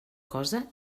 cosa